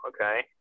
Okay